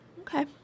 Okay